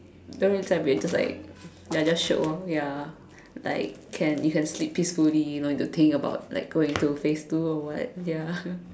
don't really celebrate just like ya just shiok orh ya like can you can sleep peacefully don't need to think about like going to phase two or what ya